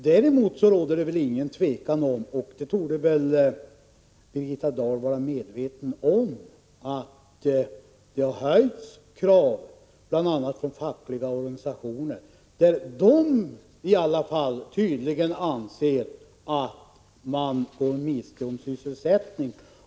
Däremot råder det inget tvivel om — och det torde väl Birgitta Dahl vara medveten om — att det har ställts krav från bl.a. fackliga organisationer som tydligen anser att man går miste om sysselsättning.